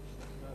גברתי